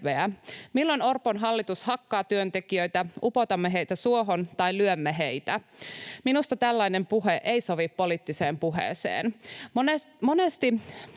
milloin Orpon hallitus hakkaa työntekijöitä, upotamme heitä suohon tai lyömme heitä. Minusta tällainen puhe ei sovi poliittiseen puheeseen.